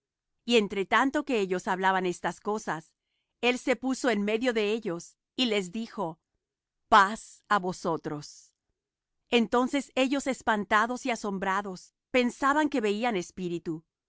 y entre tanto que ellos hablaban estas cosas él se puso en medio de ellos y les dijo paz á vosotros entonces ellos espantados y asombrados pensaban que veían espíritu